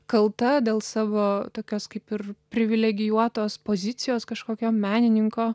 kalta dėl savo tokios kaip ir privilegijuotos pozicijos kažkokio menininko